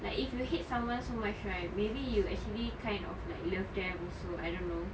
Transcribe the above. like if you hate someone so much right maybe you actually kind of like love them also I don't know